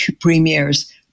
premier's